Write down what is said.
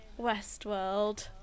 Westworld